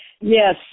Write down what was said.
Yes